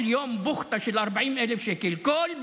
בכל יום זו בוכטה של 40,000 שקל, בכל בוקר.